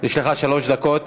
יש לך שלוש דקות.